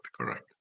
Correct